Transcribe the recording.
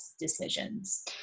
decisions